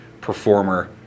performer